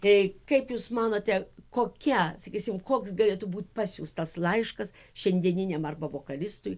tai kaip jūs manote kokia sakysim koks galėtų būt pasiųstas laiškas šiandieniniam arba vokalistui